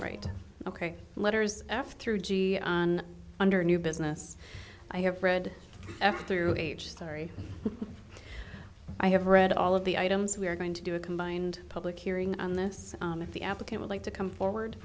right ok letters after g and under new business i have read after your age sorry i have read all of the items we are going to do a combined public hearing on this if the applicant would like to come forward